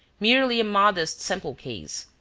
merely a modest sample-case.